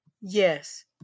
Yes